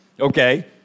Okay